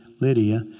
Lydia